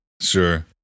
sure